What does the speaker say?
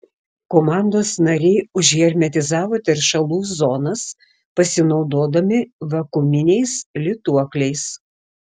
komandos nariai užhermetizavo teršalų zonas pasinaudodami vakuuminiais lituokliais